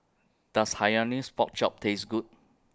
Does Hainanese Pork Chop Taste Good